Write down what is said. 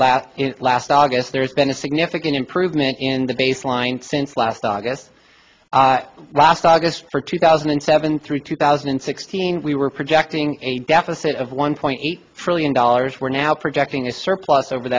last last august there's been a significant improvement in the baseline since last august last august for two thousand and seven through two thousand and sixteen we were projecting a deficit of one point eight trillion dollars we're now projecting a surplus over